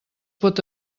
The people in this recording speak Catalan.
pot